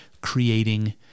creating